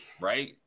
right